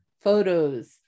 photos